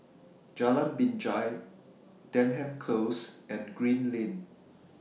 Jalan Binjai Denham Close and Green Lane